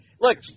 Look